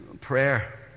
prayer